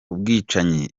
ubwicanyi